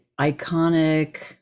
iconic